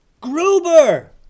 Gruber